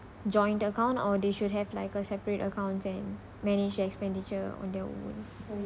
joint account or they should have like a separate account and manage expenditure on their own